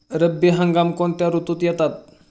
रब्बी हंगाम कोणत्या ऋतूत येतात?